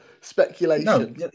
speculation